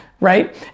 right